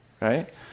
right